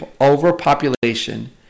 overpopulation